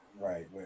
Right